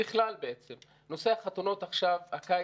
נושא החתונות עכשיו, הקיץ,